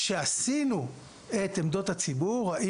כשעשינו את עמדות הציבור,